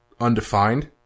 undefined